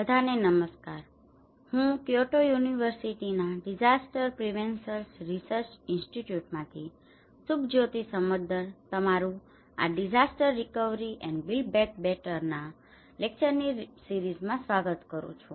બધાને નમસ્કાર હું ક્યોટો યુનિવર્સિટીના ડીસાસ્ટર પ્રિવેન્સન રિસર્ચ ઇન્સ્ટિટ્યૂટમાંથી Disaster Prevention Research Institute Kyoto University Subhajyoti Samaddar તમારું આ disaster recovery and build back બેટરના to disaster recovery and build back better આપત્તિ પુનપ્રાપ્તિ અને વધુ સારી રીતે નિર્માણ માટે લેકચરની સિરીજમાં સ્વાગત કરું છું